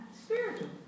spiritual